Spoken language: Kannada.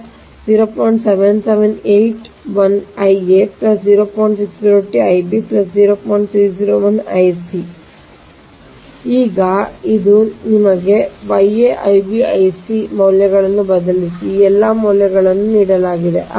ಈಗ ಇದರ ನಂತರ ನೀವು Ia Ib ಮತ್ತು Ic ಈ Ia Ib Ic ಮೌಲ್ಯಗಳನ್ನು ಬದಲಿಸಿ ಈ ಎಲ್ಲಾ ಮೌಲ್ಯಗಳನ್ನು ನೀಡಲಾಗಿದೆ